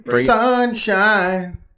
Sunshine